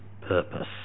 purpose